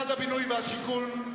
משרד הבינוי והשיכון,